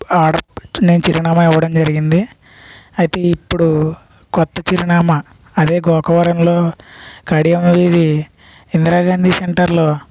order పెట్టు నేను చిరునామా ఇవ్వడం జరిగింది అయితే ఇప్పుడు క్రొత్త చిరునామా అదే గోకవరంలో కడియం వీధి ఇందిరా గాంధీ సెంటర్లో